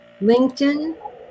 LinkedIn